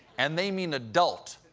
and they mean adult.